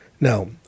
Now